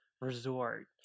resort